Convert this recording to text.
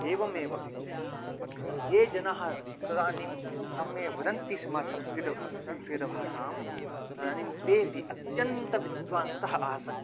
एवमेव ये जनः तदानीं समये वदन्ति स्म संस्कृतं संस्कृतभाषां तदानीं तेऽपि अत्यन्तं विद्वांसः आसन्